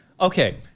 okay